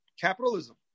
capitalism